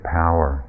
power